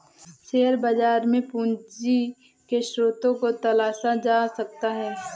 share बाजार में भी पूंजी के स्रोत को तलाशा जा सकता है